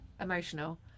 emotional